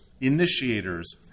initiators